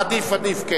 עדיף, עדיף.